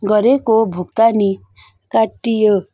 गरेको भुक्तानी काटियो